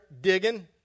digging